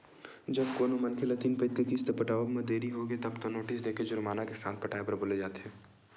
जब कोनो मनखे ल तीन पइत के किस्त पटावब म देरी होगे तब तो नोटिस देके जुरमाना के साथ पटाए बर बोले जाथे